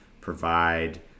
provide